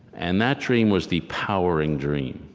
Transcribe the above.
and that dream was the powering dream,